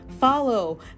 follow